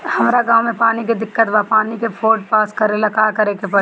हमरा गॉव मे पानी के दिक्कत बा पानी के फोन्ड पास करेला का करे के पड़ी?